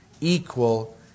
Equal